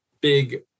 big